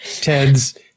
Ted's